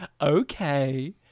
okay